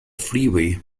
freeway